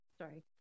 Sorry